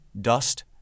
dust